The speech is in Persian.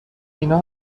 اینا